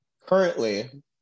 currently